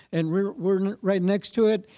and we're we're right next to it,